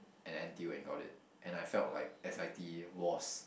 and N_T_U and got it and I felt like s_i_t was